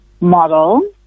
model